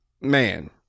man